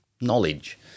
knowledge